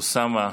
אוסאמה,